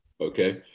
Okay